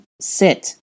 Sit